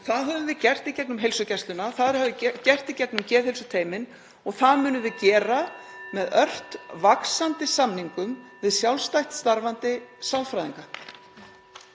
það höfum við gert í gegnum heilsugæsluna, það höfum við gert í gegnum geðheilsuteymin og það munum við gera með ört vaxandi samningum við sjálfstætt starfandi sálfræðinga.